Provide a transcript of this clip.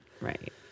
Right